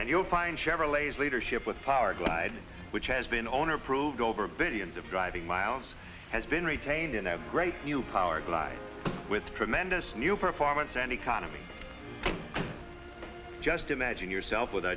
and you'll find chevrolets leadership with powerglide which has been owner proved over billions of driving miles has been retained in a great new powerglide with tremendous new performance and economy just imagine yourself with